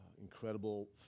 incredible